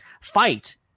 fight